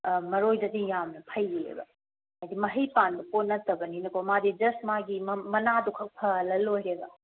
ꯃꯔꯣꯏꯗꯗꯤ ꯌꯥꯝꯅ ꯐꯩꯌꯦꯕ ꯍꯥꯏꯗꯤ ꯃꯍꯩ ꯄꯥꯟꯕ ꯄꯣꯠ ꯅꯠꯇꯕꯅꯤꯅꯀꯣ ꯃꯥꯗꯤ ꯖꯁ ꯃꯥꯒꯤ ꯃꯅꯥꯗꯣ ꯈꯛ ꯐꯍꯜꯂꯒ ꯂꯣꯏꯔꯦꯕ